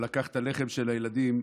שלקח את הלחם של הילדים.